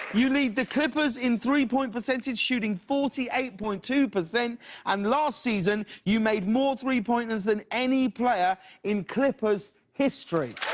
you lead the clippers in three point percentage shooting forty eight point two and um last season you made more three pointers than any player in clippers' history!